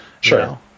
Sure